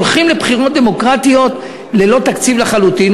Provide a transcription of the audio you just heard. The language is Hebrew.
הולכים לבחירות דמוקרטיות ללא תקציב לחלוטין,